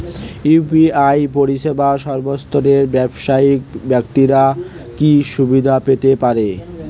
UPI পরিসেবা সর্বস্তরের ব্যাবসায়িক ব্যাক্তিরা কি সুবিধা পেতে পারে?